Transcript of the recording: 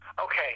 Okay